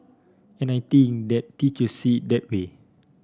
and I think their teacher see that way